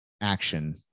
action